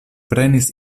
prenis